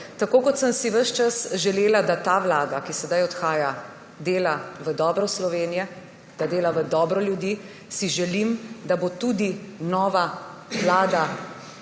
Tako kot sem si ves čas želela, da ta vlada, ki sedaj odhaja, dela v dobro Slovenije, da dela v dobro ljudi, si želim, da bo tudi nova vlada